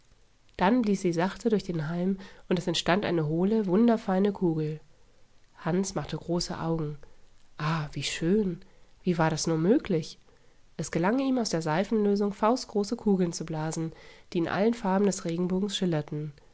dann blies sie sachte durch den halm und es entstand eine hohle wunderfeine kugel hansl machte große augen ah wie schön wie war das nur möglich es gelang ihm aus der seifenlösung faustgroße kugeln zu blasen die in allen farben des regenbogens schillerten